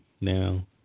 now